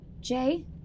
Jay